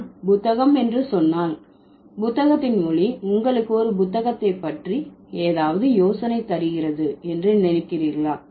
நான் 'புத்தகம்' என்று சொன்னால் புத்தகத்தின் ஒலி உங்களுக்கு ஒரு புத்தகத்தைப் பற்றி ஏதாவது யோசனை தருகிறது என்று நினைக்கிறீர்களா